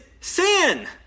sin